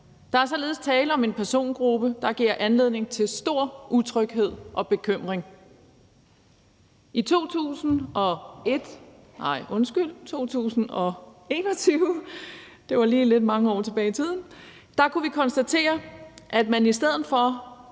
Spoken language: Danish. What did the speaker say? Der er således tale om en persongruppe, der giver anledning til stor utryghed og bekymring. I 2021 kunne vi konstatere, at beboerne på